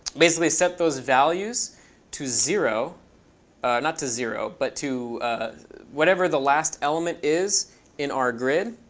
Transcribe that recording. basically set those values to zero not to zero, but to whatever the last element is in our grid,